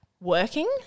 working